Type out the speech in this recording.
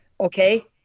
okay